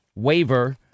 waiver